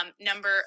number